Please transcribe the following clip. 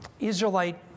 Israelite